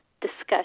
discussion